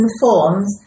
forms